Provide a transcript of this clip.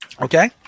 Okay